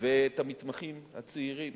ואת המתמחים הצעירים,